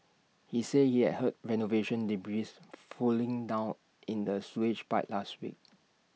he said he had heard renovation debris flowing down in the sewage pipe last week